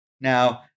Now